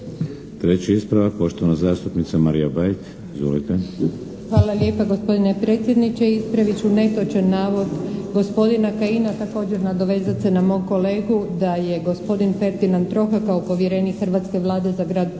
Marija Bajt. Izvolite! **Bajt, Marija (HDZ)** Hvala lijepa gospodine predsjedniče. Ispravit ću netočan navod gospodina Kajina i također nadovezati se na mom kolegu da je gospodin Ferdinand Troha kao povjerenik hrvatske Vlade za grad Požegu